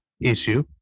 issue